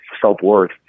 self-worth